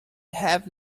have